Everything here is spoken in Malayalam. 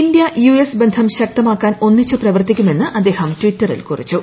ഇന്ത്യ യുഎസ് ബസ്ക്ടു ശിക്തമാക്കാൻ ഒന്നിച്ച് പ്രവർത്തിക്കുമെന്നും അദ്ദേഹ് ട്വിറ്ററിൽ കുറിച്ചു